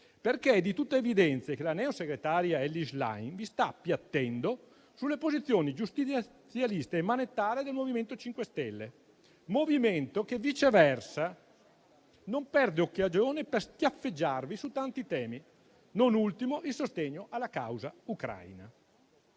perché è di tutta evidenza che la neosegretaria Elly Schlein vi sta appiattendo sulle posizioni giustizialiste e manettare del MoVimento 5 Stelle, che viceversa non perde occasione per schiaffeggiarvi su tanti temi, non ultimo il sostegno alla causa ucraina.